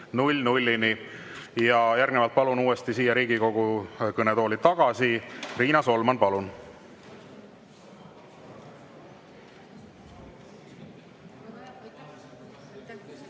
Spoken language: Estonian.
Ja järgnevalt palun uuesti siia Riigikogu kõnetooli tagasi Riina Solmani. Palun!